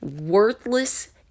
worthless